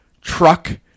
truck